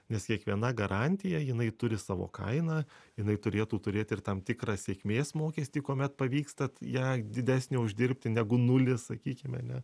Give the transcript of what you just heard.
nes kiekviena garantija jinai turi savo kainą jinai turėtų turėt ir tam tikrą sėkmės mokestį kuomet pavyksta ją didesnę uždirbti negu nulis sakykime ne